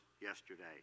yesterday